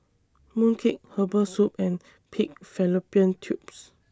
Mooncake Herbal Soup and Pig Fallopian Tubes